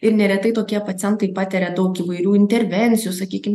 ir neretai tokie pacientai patiria daug įvairių intervencijų sakykim